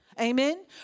Amen